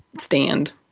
stand